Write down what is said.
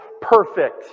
perfect